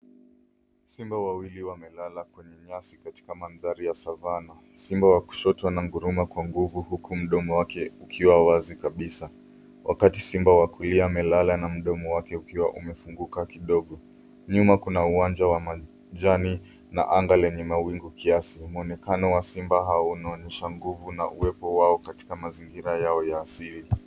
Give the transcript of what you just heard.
Simba wawili wamelala kwenye nyasi katika mandhari ya Savannah . Simba wa kushoto ananguruma kwa nguvu huku mdomo wake ukiwa wazi kabisa. Wakati simba wa kulia amelala na mdomo wake ukiwa umefunguka kidogo. Nyuma kuna uwanja wa majani na anga lenye mawingu kiasi. Mwonekano wa simba hao unaonyesha nguvu na uwepo wao katika mazingira yao ya asili.